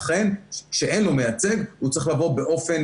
אכן כשאין לו מייצג הוא צריך לבוא באופן